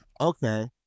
okay